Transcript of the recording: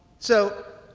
so